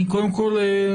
קודם כל,